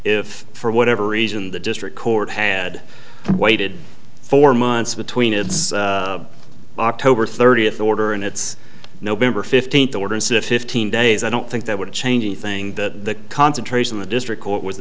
if for whatever reason the district court had waited four months between its october thirtieth order and its november fifteenth order to fifteen days i don't think that would change anything the concentration the district court w